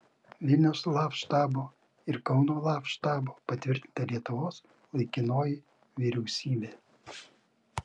vilniaus laf štabo ir kauno laf štabo patvirtinta lietuvos laikinoji vyriausybė